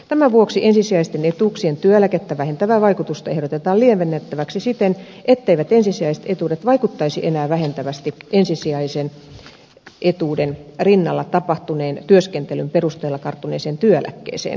tämän vuoksi ensisijaisten etuuksien työeläkettä vähentävää vaikutusta ehdotetaan lievennettäväksi siten etteivät ensisijaiset etuudet vaikuttaisi enää vähentävästi ensisijaisen etuuden rinnalla tapahtuneen työskentelyn perusteella karttuneeseen työeläkkeeseen